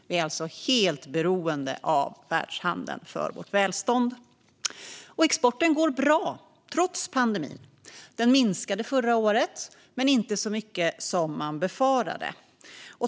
Vi är alltså helt beroende av världshandeln för vårt välstånd. Exporten går bra trots pandemin. Den minskade förra året men inte så mycket som man befarade.